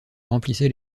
remplissait